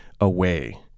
away